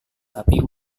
tapi